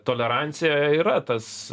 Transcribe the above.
tolerancija yra tas